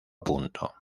punto